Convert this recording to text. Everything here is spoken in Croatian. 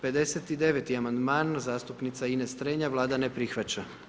59. amandman, zastupnica Ines Strenja, Vlada ne prihvaća.